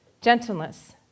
gentleness